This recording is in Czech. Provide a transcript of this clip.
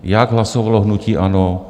Jak hlasovalo hnutí ANO?